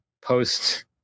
post